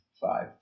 five